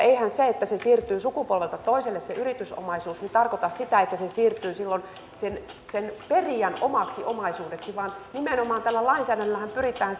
eihän se että siirtyy sukupolvelta toiselle se yritysomaisuus tarkoita sitä että se siirtyy silloin sen perijän omaksi omaisuudeksi vaan nimenomaan tällä lainsäädännöllähän pyritään